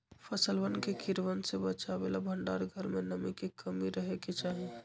फसलवन के कीड़वन से बचावे ला भंडार घर में नमी के कमी रहे के चहि